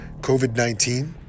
COVID-19